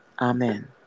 amen